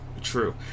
true